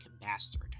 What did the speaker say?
bastard